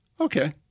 Okay